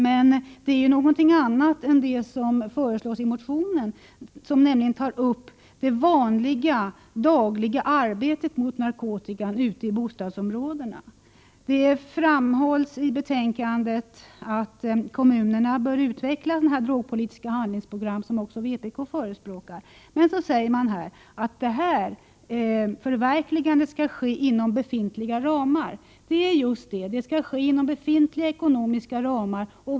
Men det är någonting annat än det som föreslås i motionen, som nämligen tar upp det vanliga dagliga arbetet mot narkotikan ute i bostadsområdena. Det framhålls i betänkandet att kommunerna bör utveckla detta drogpolitiska handlingsprogram, som också vpk förespråkar. Men så säger man att förverkligandet skall ske inom befintliga ramar. Det är just det som är problemet — att det skall inom befintliga ekonomiska ramar.